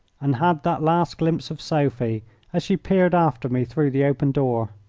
and had that last glimpse of sophie as she peered after me through the open door.